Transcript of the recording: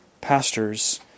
pastors